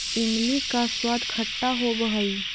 इमली का स्वाद खट्टा होवअ हई